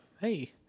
Hey